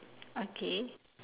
okay